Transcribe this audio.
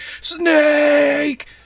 Snake